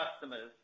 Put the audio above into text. customers